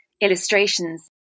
illustrations